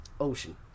ocean